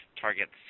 targets